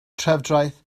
trefdraeth